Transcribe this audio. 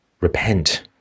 repent